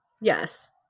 Yes